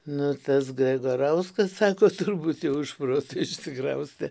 nu tas gregarauskas sako turbūt jau iš proto išsikraustė